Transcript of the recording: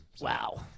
Wow